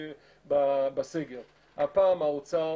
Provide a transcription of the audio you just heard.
זה מה אני אומר לנכדים או לנכדות של סבא וסבתא,